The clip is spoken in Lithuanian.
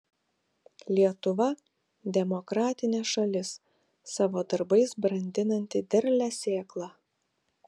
lietuva demokratinė šalis savo darbais brandinanti derlią sėklą